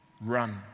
Run